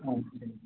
अच्छा जी